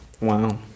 Wow